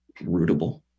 rootable